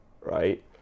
right